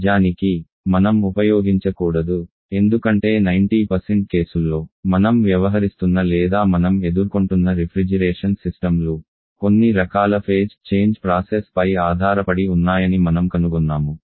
నిజానికి మనం ఉపయోగించకూడదు ఎందుకంటే 90 కేసుల్లో మనం వ్యవహరిస్తున్న లేదా మనం ఎదుర్కొంటున్న రిఫ్రిజిరేషన్ వ్యవస్థలు కొన్ని రకాల ఫేజ్ చేంజ్ ప్రాసెస్ పై ఆధారపడి ఉన్నాయని మనం కనుగొన్నాము